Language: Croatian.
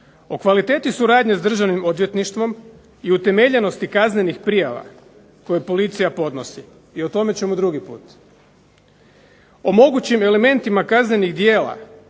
O kvaliteti suradnje s Državnim odvjetništvom i utemeljenosti kaznenih prijava koje policija podnosi i o tome ćemo drugi put. O mogućim elementima kaznenih djela